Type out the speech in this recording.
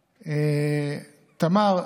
תמר: